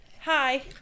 Hi